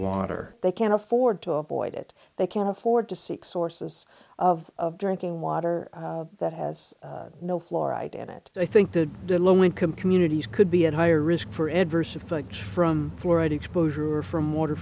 water they can't afford to avoid it they can afford to seek sources of of drinking water that has no fluoride in it i think the low income communities could be at higher risk for adverse effects from fluoride exposure or from water